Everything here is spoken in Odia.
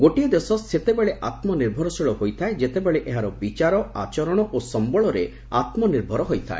ଗୋଟିଏ ଦେଶ ସେତେବେଳେ ଆତ୍କନିର୍ଭରଶୀଳ ହୋଇଥାଏ ଯେତେବେଳେ ଏହା ବିଚାର ଆଚରଣ ଓ ସମ୍ଭଳରେ ଆତ୍କନିର୍ଭର ହୋଇଥାଏ